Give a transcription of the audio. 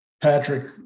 Patrick